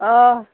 অঁ